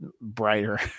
brighter